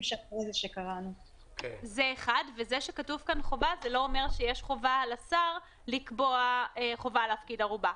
זה שכתוב כאן חובה זה לא אומר שיש חובה לשר להפקיד ערובה.